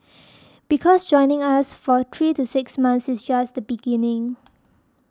because joining us for three to six months is just the beginning